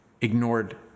ignored